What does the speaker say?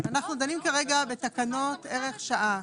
אנחנו דנים כרגע בתקנות ערך שעה.